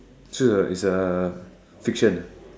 so it's a it's a fiction ah